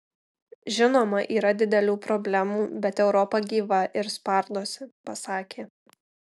žinoma yra didelių problemų bet europa gyva ir spardosi pasakė